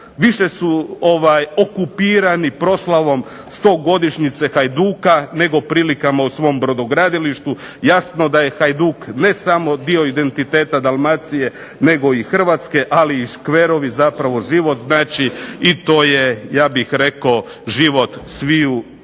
više su okupirani proslavom 100-godišnjice Hajduka, nego prilikama u svom brodogradilištu. Jasno da je Hajduk ne samo dio identiteta Dalmacije, nego i Hrvatske, ali i škverovi zapravo život znači i to je ja bih rekao život sviju na